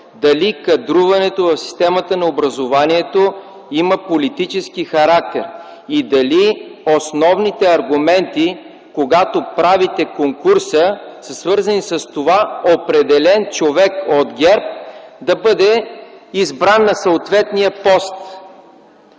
дали кадруването в системата на образованието има политически характер и дали основните аргументи, когато правите конкурса, са свързани с това определен човек от ГЕРБ да бъде избран на съответния пост.